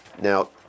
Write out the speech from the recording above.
Now